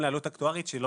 ט"ז באייר התשפ"ג,